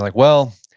like well,